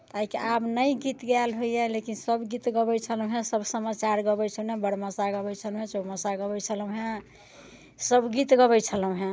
की आब नहि गीत गायल होइया लेकिन सब गीत गबैत छलहुँ हँ सब समाचार गबैत छलहुँ हँ बारहमासा गबैत छलहुँ चौमासा गबैत छलहुँ हँ सब गीत गबैत छलहुँ हँ